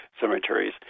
cemeteries